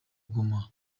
goma